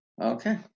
Okay